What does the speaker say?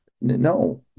No